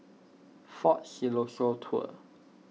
for Siloso Tours